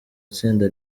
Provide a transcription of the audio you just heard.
itsinda